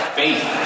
faith